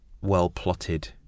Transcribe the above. well-plotted